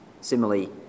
Similarly